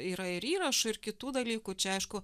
yra ir įrašų ir kitų dalykų čia aišku